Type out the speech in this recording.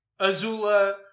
Azula